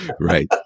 Right